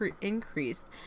increased